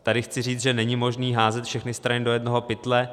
Tady chci říct, že není možné házet všechny strany do jednoho pytle.